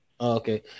Okay